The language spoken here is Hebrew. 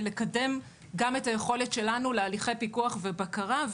לקדם גם את היכולת שלנו להליכי פיקוח ובקרה,